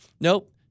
Nope